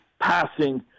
passing